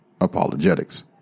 apologetics